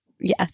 Yes